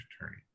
attorney